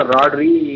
Rodri